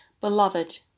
Beloved